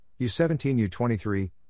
U17-U23